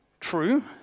true